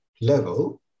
level